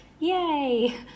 yay